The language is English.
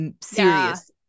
Serious